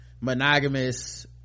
monogamous